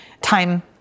time